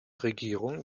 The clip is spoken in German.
regierung